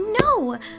No